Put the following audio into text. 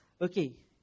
Okay